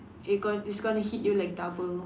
it going it's going to hit you like double